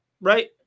Right